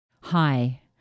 Hi